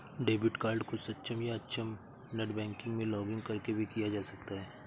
debit card को सक्षम या अक्षम नेट बैंकिंग में लॉगिंन करके भी किया जा सकता है